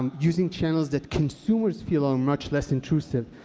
um using channels that consumers feel are much less instructive.